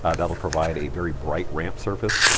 ah that'll provide a very bright ramp surface.